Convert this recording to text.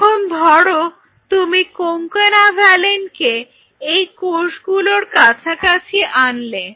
এখন ধরো তুমি Concanavaline কে এই কোষগুলোর কাছাকাছি আনলে